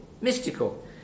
mystical